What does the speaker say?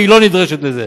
והיא לא נדרשת לזה.